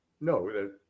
No